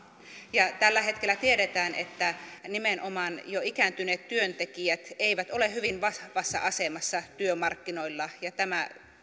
tällä hetkellä tiedetään että nimenomaan jo ikääntyneet työntekijät eivät ole hyvin vahvassa asemassa työmarkkinoilla ja tämä